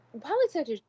Politics